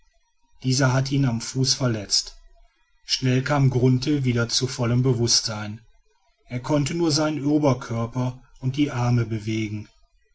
dieser hatte ihn am fuß verletzt schnell kam grunthe wieder zu vollem bewußtsein er konnte nur seinen oberkörper und die arme bewegen